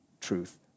truth